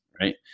right